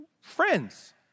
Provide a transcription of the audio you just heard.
Friends